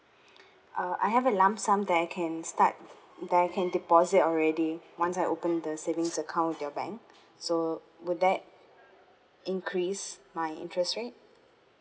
uh I have a lump sum that I can start that I can deposit already once I open the savings account at your bank so will that increase my interest rate